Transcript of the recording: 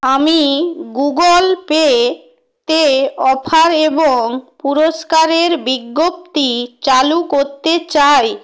আমি Google pay তে offer এবং পুরস্কারের বিজ্ঞপ্তি চালু করতে চাই